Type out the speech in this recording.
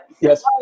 Yes